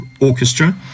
Orchestra